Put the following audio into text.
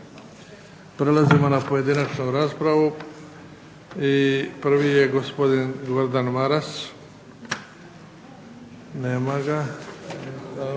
Prelazimo na pojedinačnu raspravu. Prvi je gospodin Gordan Maras. Nema ga,